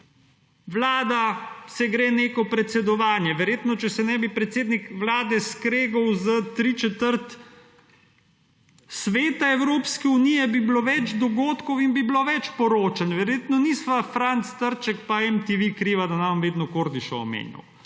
Vlada se gre neko predsedovanje. Verjetno, če se nebi predsednik vlade skregal s tri četrt sveta Evropske unije, bi bilo več dogodkov in bi bilo več poročanj. Verjetno nisva Franc Trček in MTV kriva, da ne bom vedno Kordiša omenjal.